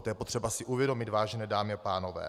To je potřeba si uvědomit, vážené dámy a pánové.